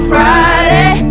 Friday